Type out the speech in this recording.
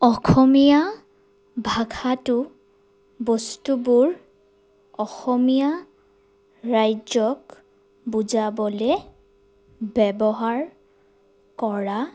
অসমীয়া ভাষাটো বস্তুবোৰ অসমীয়া ৰাজ্যক বুজাবলৈ ব্যৱহাৰ কৰা